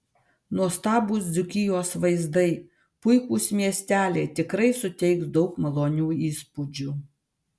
nuostabūs dzūkijos vaizdai puikūs miesteliai tikrai suteiks daug malonių įspūdžių